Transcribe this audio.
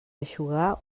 eixugar